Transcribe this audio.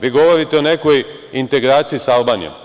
Vi govorite o nekoj integraciji sa Albanijom.